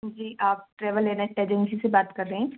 जी आप travel agency से बात कर रही हैं